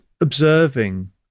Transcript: observing